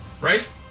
right